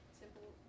simple